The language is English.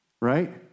right